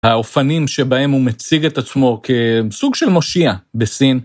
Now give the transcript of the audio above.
האופנים שבהם הוא מציג את עצמו כסוג של מושיע בסין.